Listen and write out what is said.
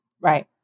right